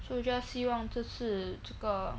so I just 希望这次这个